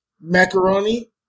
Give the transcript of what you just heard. Macaroni